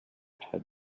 had